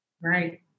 Right